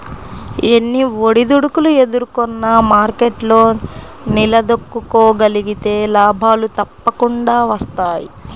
ఎన్ని ఒడిదుడుకులు ఎదుర్కొన్నా మార్కెట్లో నిలదొక్కుకోగలిగితే లాభాలు తప్పకుండా వస్తాయి